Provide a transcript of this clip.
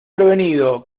prevenido